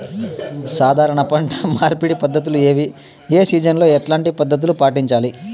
సాధారణ పంట మార్పిడి పద్ధతులు ఏవి? ఏ సీజన్ లో ఎట్లాంటి పద్ధతులు పాటించాలి?